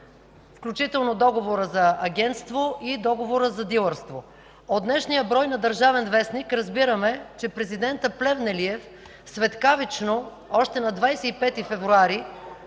включително Договора за агентство и Договора за дилърство. От днешния брой на „Държавен вестник” разбираме, че президентът Плевнелиев светкавично, още на 25 февруари...